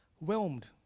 Whelmed